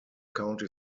county